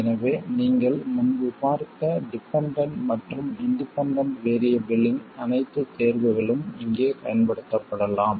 எனவே நீங்கள் முன்பு பார்த்த டிபெண்டண்ட் மற்றும் இன்டிபெண்டண்ட் வேறியபிள் இன் அனைத்து தேர்வுகளும் இங்கே பயன்படுத்தப்படலாம்